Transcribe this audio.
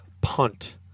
punt